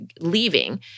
leaving